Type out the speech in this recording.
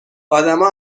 آدما